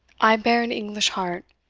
i bear an english heart,